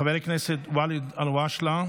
חבר הכנסת ואליד אלהואשלה,